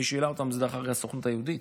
מי שהעלה אותם, דרך אגב, זה הסוכנות היהודית,